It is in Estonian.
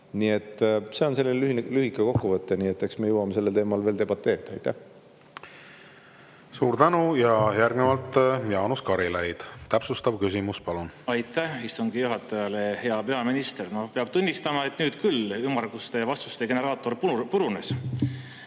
Nii et see on selline lühike kokkuvõte. Eks me jõuame sellel teemal veel debateerida. Suur tänu! Järgnevalt Jaanus Karilaid, täpsustav küsimus. Palun! Aitäh istungi juhatajale! Hea peaminister! Peab tunnistama, et nüüd küll ümmarguste vastuste generaator purunes,